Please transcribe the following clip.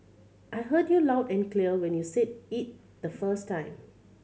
I heard you loud and clear when you said it the first time